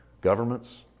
Governments